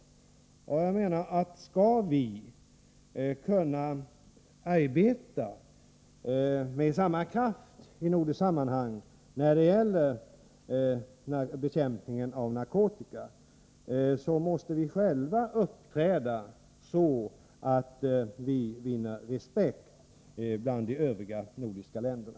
Skall vi, menar jag, kunna verka med samma kraft i nordiska sammanhang när det gäller bekämpningen av narkotika, måste vi själva uppträda så, att vi vinner respekt hos de övriga nordiska länderna.